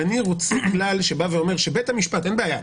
אני רוצה כלל שבא ואומר: אין בעיה,